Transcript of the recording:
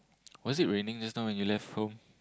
was it raining just now when you left home